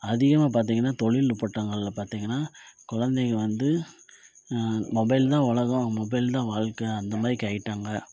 அதிகமாக பார்த்தீங்கனா தொழில் நுட்பட்ங்களில் பார்த்தீங்கனா குழந்தைங்க வந்து மொபைல்தான் உலகம் மொபைல்தான் வாழ்க்கை அந்தமாதிரிக்கு ஆயிட்டாங்க